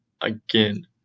Again